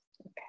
Okay